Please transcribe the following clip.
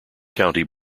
county